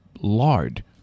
lard